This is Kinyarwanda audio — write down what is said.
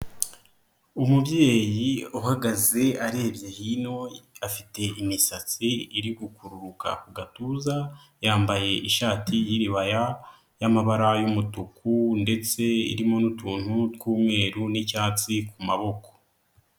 Umubyeyi uhagaze arebye hino afite imisatsi iri gukuruhuruka ku gatuza, yambaye ishati y'iribibaya y'amabara y'umutuku ndetse irimo n'utuntu tw'umweru n'icyatsi ku maboko.